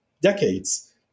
decades